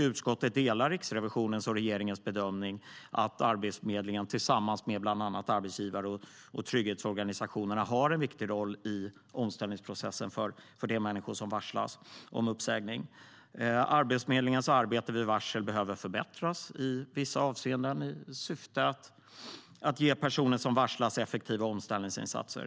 Utskottet delar Riksrevisionens och regeringens bedömning att Arbetsförmedlingen tillsammans med bland annat arbetsgivare och trygghetsorganisationerna har en viktig roll i omställningsprocessen för de människor som varslas om uppsägning. Arbetsförmedlingens arbete vid varsel behöver förbättras i vissa avseenden i syfte att ge personer som varslas effektiva omställningsinsatser.